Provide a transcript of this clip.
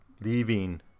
leaving